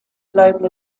global